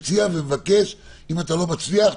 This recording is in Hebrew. אם אתה לא מצליח,